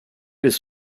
his